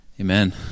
Amen